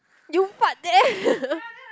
you fart there